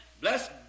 bless